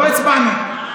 לא הצבענו.